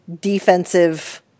defensive